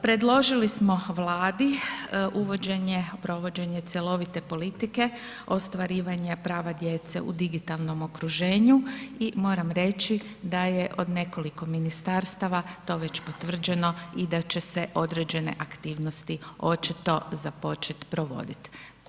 Predložili smo Vladi uvođenje i provođenje cjelovite politike ostvarivanja prava djece u digitalnom okruženju i moram reći da je od nekoliko ministarstava to već potvrđeno i da će se određene aktivnosti očito započet provodit.